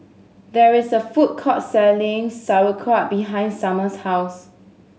there is a food court selling Sauerkraut behind Summer's house